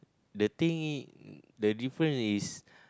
the thing is the different is